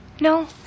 no